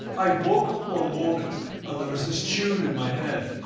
i woke up one morning, and there was this tune in my head,